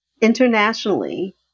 internationally